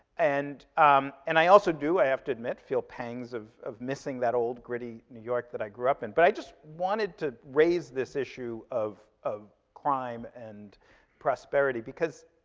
and um and i also do, i have to admit, feel pangs of of missing that old, gritty new york that i grew up in. but i just wanted to raise this issue of of crime and prosperity, because,